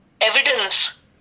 evidence